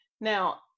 now